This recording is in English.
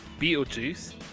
Beetlejuice